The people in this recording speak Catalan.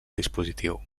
dispositiu